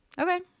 Okay